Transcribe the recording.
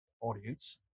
audience